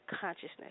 consciousness